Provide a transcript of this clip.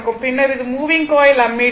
பின்னர் இது moving coil ammeter